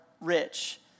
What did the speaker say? rich